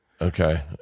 Okay